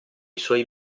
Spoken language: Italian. suoi